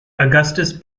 augustus